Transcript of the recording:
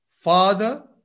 father